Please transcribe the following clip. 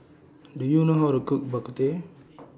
Do YOU know How to Cook Bak Kut Teh